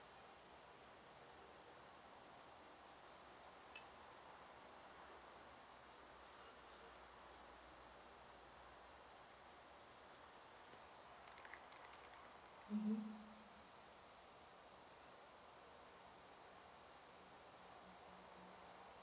mmhmm